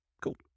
Cool